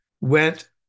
went